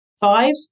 Five